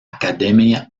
academia